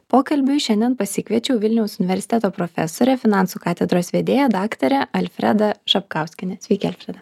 pokalbiui šiandien pasikviečiau vilniaus universiteto profesorę finansų katedros vedėją daktarą alfredą šapkauskienę sveiki alfreda